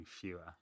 fewer